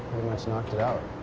much knocked it out.